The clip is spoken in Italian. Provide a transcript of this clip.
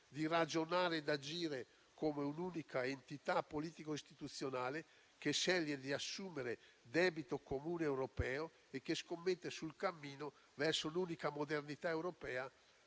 di ragionare e agire come un'unica entità politico-istituzionale che sceglie di assumere debito comune europeo e che scommette sul cammino verso l'unica modernità europea,